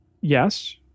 Yes